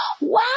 Wow